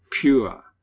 pure